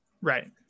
Right